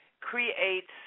creates